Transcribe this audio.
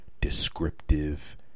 descriptive